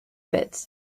pits